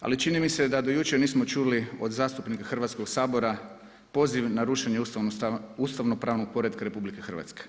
Ali čini mi se da do jučer nismo čuli od zastupnika Hrvatskog sabora poziv na rušenje ustavnopravnog poretka RH.